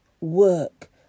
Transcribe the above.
work